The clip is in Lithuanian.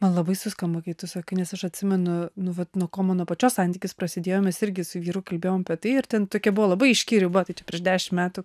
man labai suskamba kai tu sakai nes aš atsimenu nu vat nuo ko mano pačios santykis prasidėjo mes irgi su vyru kalbėjom apie tai ir ten tokie buvo labai aiški riba tai čia prieš dešim metų